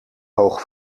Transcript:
hoog